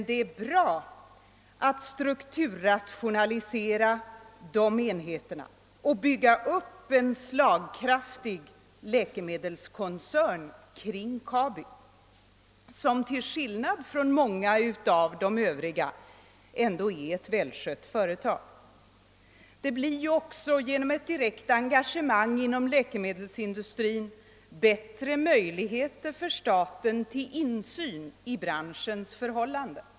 Det är bra att strukturrationalisera de enheterna och bygga upp en slagkraftig läkemedelskoncern kring Kabi, som till skillnad från många av de övriga företagen ändå är välskött. Genom ett direkt engagemang inom läkemedelsindustrin får ju staten också bättre möjligheter till insyn i branschens förhållanden.